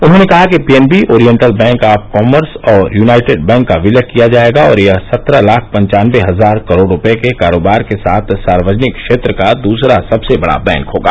उन्होंने कहा कि PNB Oriental Bank of Commerce और यूनाइटेड बैंक का विलय किया जाएगा और यह सत्रह लाख पन्चानबे हजार करोड़ रुपये के कारोबार के साथ सार्वजनिक क्षेत्र का दूसरा सबसे बड़ा बैंक होगा